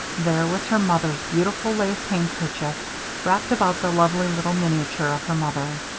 there was her mother's beautiful lace handkerchief wrapped about the lovely little miniature of her mother.